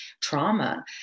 trauma